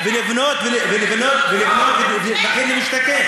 ולבנות ולבנות ולבנות ב"מחיר למשתכן".